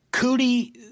Cootie